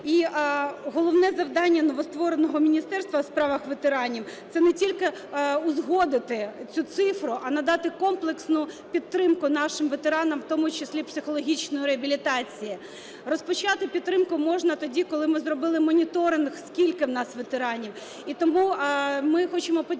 І головне завдання новоствореного Міністерства у справах ветеранів – це не тільки узгодити цю цифру, а надати комплексну підтримку нашим ветеранам, у тому числі психологічної реабілітації. Розпочати підтримку можна тоді, коли ми зробили моніторинг, скільки у нас ветеранів. І тому ми хочемо подякувати